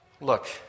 look